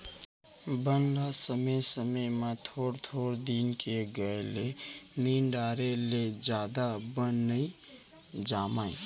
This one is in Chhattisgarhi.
बन ल समे समे म थोर थोर दिन के गए ले निंद डारे ले जादा बन नइ जामय